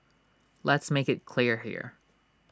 let's make IT clear here